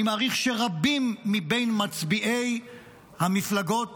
אני מעריך שרבים מבין מצביעי המפלגות